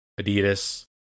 Adidas